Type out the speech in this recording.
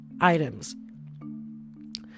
items